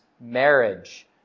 marriage